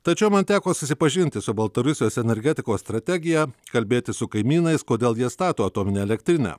tačiau man teko susipažinti su baltarusijos energetikos strategija kalbėtis su kaimynais kodėl jie stato atominę elektrinę